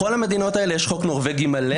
בכל המדינות האלה יש חוק נורבגי מלא